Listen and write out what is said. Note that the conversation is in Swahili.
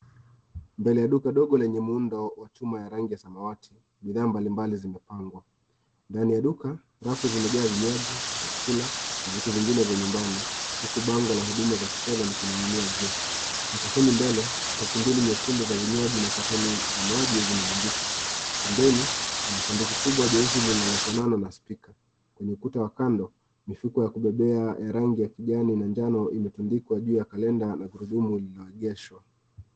Mbele ya duka dogo lenye muundo wa chuma ya rangi ya samawati, bidhaa mbalimbali zimepangwa. Ndani ya duka, rafu zimejaa vinywaji, vyakula, na vitu vingine vya nyumbani huku bango la huduma za kifedha likining'inia juu. Sakafuni mbele, kreti mbili nyekundu za vinywaji na katoni za maji zimerundikwa. Pembeni, kuna sanduku kubwa jeusi linalofanana na spika . Kwenye ukuta wa kando, mifuko ya kubeba ya rangi ya kijani na njano imetundikwa juu ya kalenda na gurudumu lililoegeshwa.